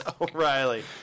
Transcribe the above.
O'Reilly